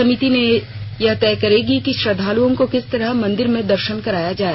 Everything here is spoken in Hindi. समिति यह तय करेगी कि श्रद्वालुओं को किस तरह मंदिर में दर्शन कराया जाए